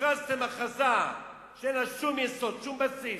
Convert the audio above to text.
הכרזתם הכרזה שאין לה שום יסוד, שום בסיס,